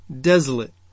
desolate